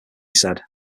said